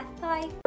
Bye